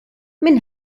min